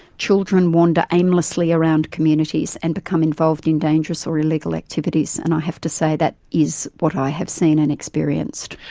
children wander aimlessly around communities and become involved in dangerous or illegal activities, and i have to say that is what i have seen and experienced.